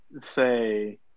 say